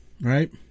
right